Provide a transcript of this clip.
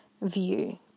view